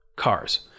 cars